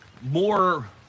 more